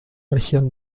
región